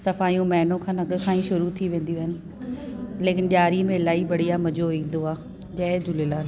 सफ़ाइयूं महीनो खनि अॻु खां ई शुरू थी वेंदियूं आहिनि लेकिन ॾिआरी में इलाही बढ़िया मज़ो ईंदो आहे जय झूलेलाल